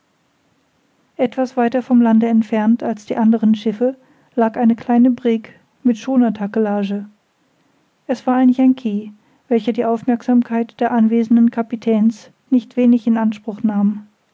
etwas weiter vom lande entfernt als die anderen schiffe lag eine kleine brigg mit schoonertakellage es war ein yankee welcher die aufmerksamkeit der anwesenden kapitäns nicht wenig in anspruch nahm